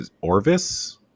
Orvis